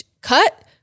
cut